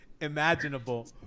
imaginable